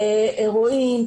הרואין,